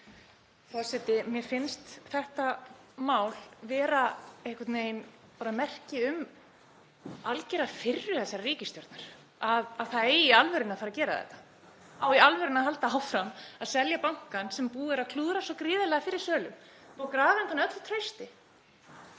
Forseti. Mér finnst þetta mál einhvern veginn vera merki um algjöra firru þessarar ríkisstjórnar, að það eigi í alvörunni að fara að gera þetta. Á í alvörunni að halda áfram að selja bankann sem búið er að klúðra svo gríðarlega í fyrri sölum og grafa undan öllu trausti?